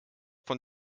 von